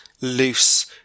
loose